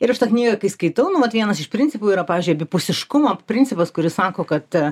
ir aš tą knygą kai skaitau nu vat vienas iš principų yra pavyzdžiui abipusiškumo principas kuris sako kad